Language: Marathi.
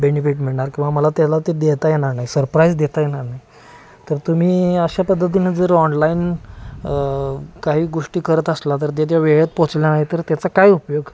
बेनिफिट मिळणार किंवा मला त्याला ते देता येणार नाही सरप्राईज देता येणार नाही तर तुम्ही अशा पद्धतीनं जर ऑनलाईन काही गोष्टी करत असला तर ते त्या वेळेत पोचल्या नाही तर त्याचा काय उपयोग